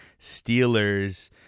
Steelers